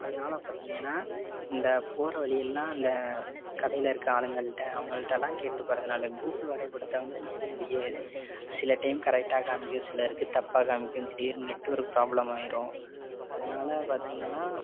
அதனால பார்த்திங்கனா இந்த போகற வழியெல்லாம் இந்த கடையில் இருக்க ஆளுங்கள்கிட்ட அவங்கள்ட்டலாம் கேட்டு போகறது நல்லது கூகுள் வரைப்படத்தை வந்து நம்ப முடியாது சில டைம் கரெட்டாக காமிக்கும் சிலருக்கு தப்பாக காமிக்கும் திடீர்னு நெட்வொர்க் ப்ராப்ளம் ஆயிரும் அதனால பார்த்திங்கனா